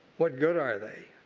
what good are they?